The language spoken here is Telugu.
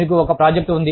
మీకు ఒకప్రాజెక్ట్ ఉంది